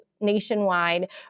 nationwide